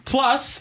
Plus